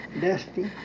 dusty